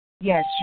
Yes